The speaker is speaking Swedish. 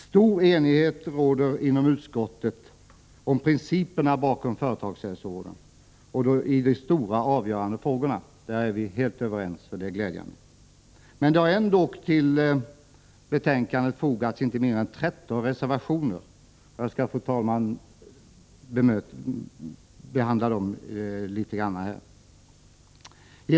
Stor enighet råder inom utskottet om principerna bakom företagshälsovården, ochi de stora, avgörande frågorna är vi helt överens, vilket är glädjande. Det har ändock till betänkandet fogats inte mindre än 13 reservationer. Jag skall, fru talman, något beröra dem här.